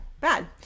Bad